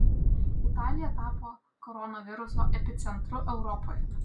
italija tapo koronaviruso epicentru europoje